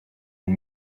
and